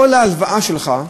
כל ההלוואה שלך,